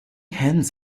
hens